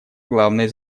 главной